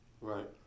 right